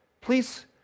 please